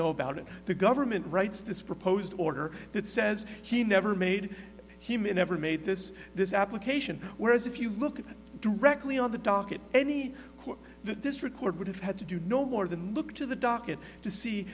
know about it the government writes this proposed order that says he never made he may never made this this application whereas if you look directly on the docket any court that this record would have had to do no more than look to the docket to see